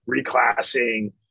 reclassing